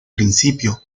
principio